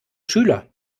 schüler